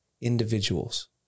individuals